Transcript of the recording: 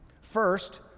First